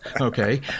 Okay